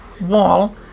wall